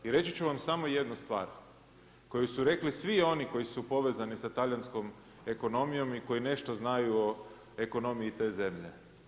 I reči ću vam samo jednu stvar, koju su rekli, svi oni koji su povezani s talijanskom ekonomijom i koji nešto znaju o ekonomiji te zemlje.